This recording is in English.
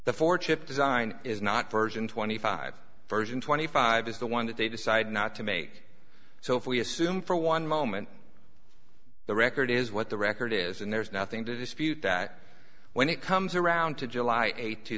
the four chip design is not version twenty five version twenty five is the one that they decided not to make so if we assume for one moment the record is what the record is and there's nothing to dispute that when it comes around to july eighth two